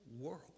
world